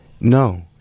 No